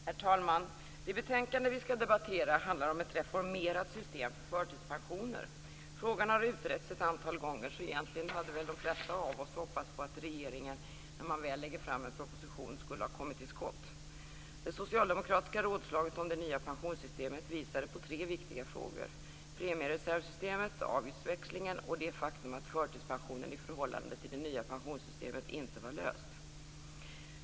Herr talman! Det betänkande vi skall debattera handlar om ett reformerat system för förtidspensioner. Frågan har utretts ett antal gånger, så egentligen hade väl de flesta av oss hoppats på att regeringen när man väl lägger fram en proposition skulle ha kommit till skott. Det socialdemokratiska rådslaget om det nya pensionssystemet visade på tre viktiga frågor: Premiereservsystemet, avgiftsväxlingen och det faktum att förtidspensionen i förhållande till det nya pensionssystemet inte var löst.